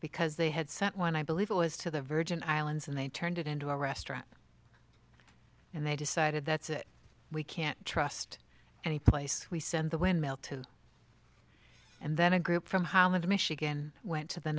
because they had set one i believe it was to the virgin islands and they turned it into a restaurant and they decided that's it we can't trust any place we send the windmill to and then a group from holland michigan went to the